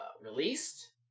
released